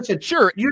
Sure